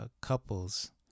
couples